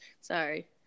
sorry